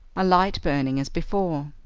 a light burning as before.